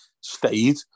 stayed